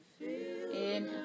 inhale